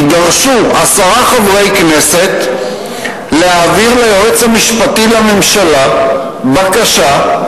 יידרשו עשרה חברי כנסת להעביר ליועץ המשפטי לממשלה בקשה,